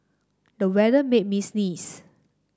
the weather made me sneeze